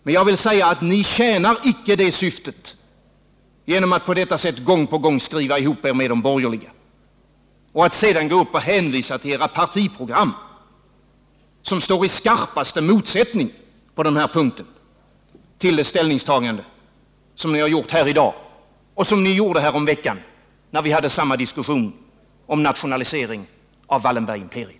Men jag vill säga att ni tjänar icke det syftet genom att på detta sätt gång på gång skriva ihop er med de borgerliga och sedan gå upp här och hänvisa till era partiprogram, som på den här punkten står i skarpaste motsättning till det ställningstagande som ni gjort här i dag och som ni gjorde häromveckan, när vi hade samma diskussion om nationalisering av Wallenbergimperiet.